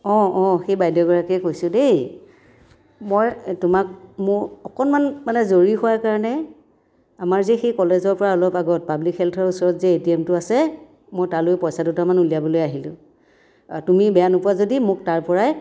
অঁ অঁ মই সেই বাইদেউগৰাকীয়ে কৈছোঁ দেই মই তোমাক মোৰ অকণমান মানে জৰুৰী হোৱাৰ কাৰণে আমাৰ যে সেই কলেজৰ পৰা অলপ আগত পাব্লিক হেল্থৰ ওচৰত যে এ টি এমটো আছে মই তালৈ পইচা দুটামান উলিয়াবলৈ আহিলোঁ তুমি বেয়া নোপোৱা যদি মোক তাৰপৰাই